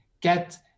get